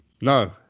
no